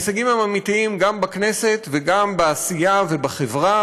ההישגים הם אמיתיים גם בכנסת וגם בעשייה ובחברה,